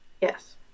Yes